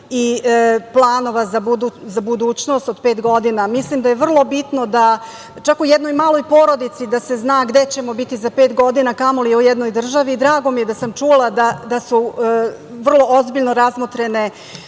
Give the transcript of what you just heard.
i planova za budućnost od pet godina. Mislim da je vrlo bitno, čak u jednoj maloj porodici da se zna gde ćemo biti za pet godina, kamoli u jednoj državi. Drago mi je da sam čula da su vrlo ozbiljno razmotrene